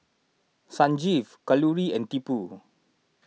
Sanjeev Kalluri and Tipu